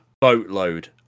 boatload